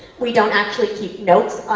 we don't actually keep notes,